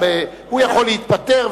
הוא יכול להתפטר,